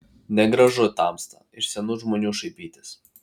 negražu tamsta iš senų žmonių šaipytis